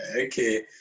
okay